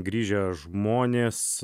grįžę žmonės